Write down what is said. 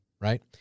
right